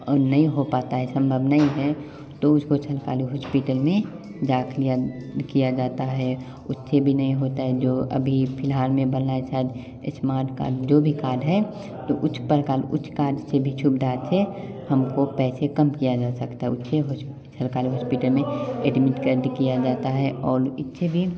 और नहीं हो पता है संभव नहीं है तो सरकारी हॉस्पिटल में जाकर दाखिल किया जाता है उससे भी नहीं होता है जो अभी फिलहाल में बना हैं शायद स्मार्ट कार्ड जो भी कार्ड हैं उसे प्रकार उस कार्ड के सुविधा से भी हमको पैसे कम किया जा सकता है सरकारी हॉस्पिटल में एडमिट कर दिया जाता है और इससे भी